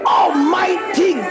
almighty